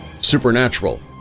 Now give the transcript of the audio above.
supernatural